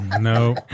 No